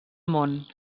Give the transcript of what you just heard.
món